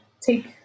take